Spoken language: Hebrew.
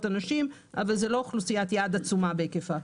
אנשים אבל זו לא אוכלוסיית יעד עצומה בהיקפה.